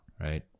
right